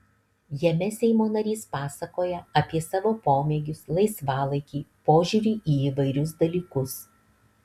jame seimo narys pasakoja apie savo pomėgius laisvalaikį požiūrį į įvairius dalykus